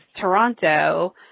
Toronto